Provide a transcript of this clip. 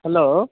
hello